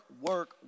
work